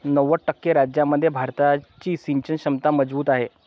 नव्वद टक्के राज्यांमध्ये भारताची सिंचन क्षमता मजबूत आहे